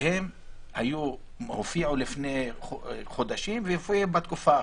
שהם הופיעו לפני חודשים והופיעו בתקופה האחרונה.